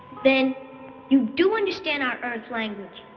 then you do understand our earth language.